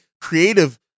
creative